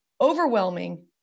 overwhelming